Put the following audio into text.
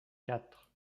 quatre